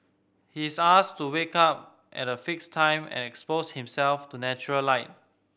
he is asked to wake up at a fixed time and expose himself to natural light